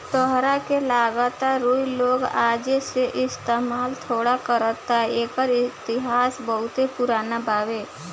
ताहरा का लागता रुई लोग आजे से इस्तमाल थोड़े करता एकर इतिहास बहुते पुरान बावे